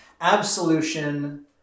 absolution